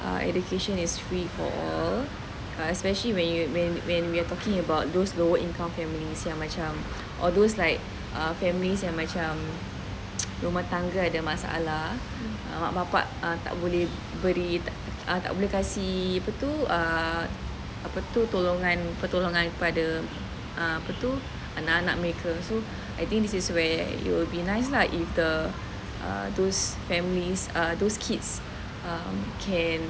ah education is free for all especially when you when when we are talking about those lower income families yang macam or those like err families yang macam rumah tangga ada masalah uh mak bapa tak boleh beri uh tak boleh kasi apa tu uh apa tu tolongan pertolongan kepada uh apa tu anak-anak mereka so I think this is where it will be nice lah if the err those families uh those kids um can